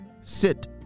sit